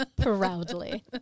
Proudly